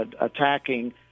attacking